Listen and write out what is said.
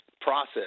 process